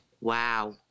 Wow